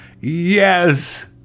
Yes